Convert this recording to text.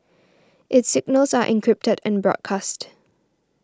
its signals are encrypted and broadcast